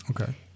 okay